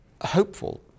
hopeful